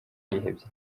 yihebye